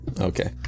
Okay